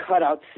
cutouts